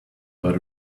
got